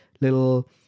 little